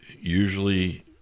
Usually